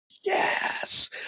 Yes